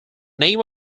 name